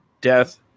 death